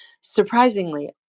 surprisingly